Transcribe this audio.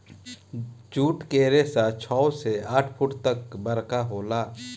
जुट के रेसा छव से आठ फुट तक बरका होला